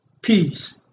peace